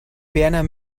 berner